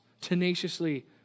Tenaciously